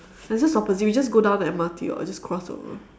it's just opposite we just go down the M_R_T or just cross over